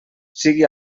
sigui